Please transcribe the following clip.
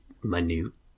minute